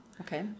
Okay